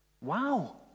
Wow